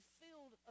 filled